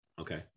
okay